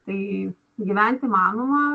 tai gyvent įmanoma